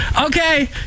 Okay